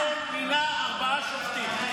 גדעון מינה ארבעה שופטים.